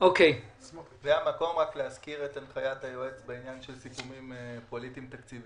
זה המקום להזכיר את הנחיית היועץ בעניין של סיכומים פוליטיים-תקציביים,